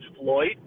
Floyd